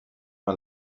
man